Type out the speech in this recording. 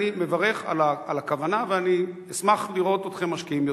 אני מברך על הכוונה ואני אשמח לראות אתכם משקיעים יותר.